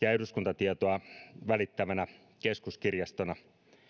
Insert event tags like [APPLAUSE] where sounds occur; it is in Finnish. [UNINTELLIGIBLE] ja eduskuntatietoa välittävänä keskuskirjastona